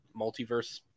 multiverse